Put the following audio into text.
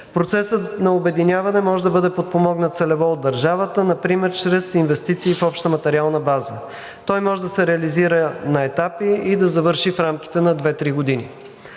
Процесът на обединяване може да бъде подпомогнат целево от държавата, например чрез инвестиции в обща материална база. Той може да се реализира на етапи и да завърши в рамките на две-три години.